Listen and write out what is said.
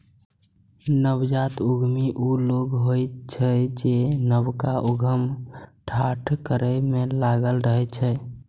नवजात उद्यमी ओ लोक होइत अछि जे नवका उद्यम ठाढ़ करै मे लागल रहैत अछि